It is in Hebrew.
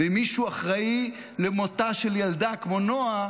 אם מישהו אחראי למותה של ילדה כמו נועה,